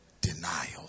denial